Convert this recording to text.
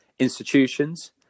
institutions